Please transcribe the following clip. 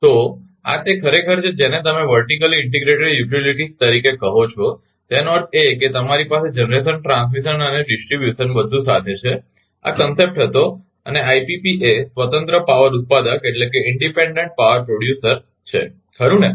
તો આ તે ખરેખર છે જેને તમે વર્ટીકલી ઇન્ટિગ્રેટેડ યુટિલીટીસ તરીકે કહો છો તેનો અર્થ એ કે તમારી પાસે જનરેશન ટ્રાન્સમિશન અને ડિસ્ટ્રીબ્યુશન બધું સાથે છે આ ખ્યાલ હતો અને આઈપીપી એ સ્વતંત્ર પાવર ઉત્પાદકઇન્ડેપેડન્ડ પાવર પ્રોડ્યુસર છે ખરુ ને